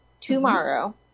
tomorrow